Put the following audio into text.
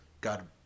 God